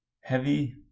Heavy